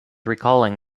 recalling